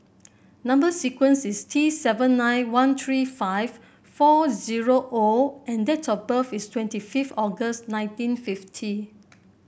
number sequence is T seven nine one three five four zero O and date of birth is twenty fifth August nineteen fifty